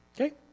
Okay